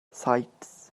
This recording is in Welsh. saets